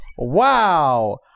wow